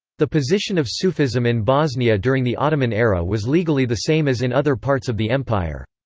the position of sufism in bosnia during the ottoman era was legally the same as in other parts of the empire.